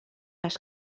les